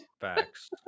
Facts